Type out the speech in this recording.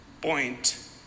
point